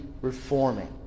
reforming